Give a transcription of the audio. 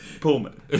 Pullman